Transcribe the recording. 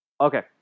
Okay